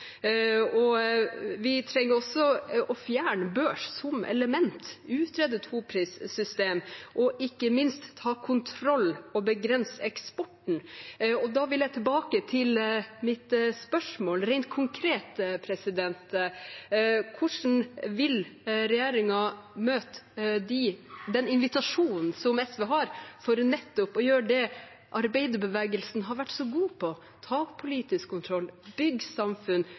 Vi trenger også å fjerne børs som element, utrede et toprissystem og ikke minst ta kontroll og begrense eksporten. Da vil jeg tilbake til mitt spørsmål. Rent konkret, hvordan vil regjeringen møte den invitasjonen SV har til nettopp å gjøre det arbeiderbevegelsen har vært så god på, ta politisk kontroll, bygge samfunn,